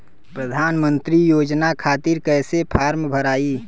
प्रधानमंत्री योजना खातिर कैसे फार्म भराई?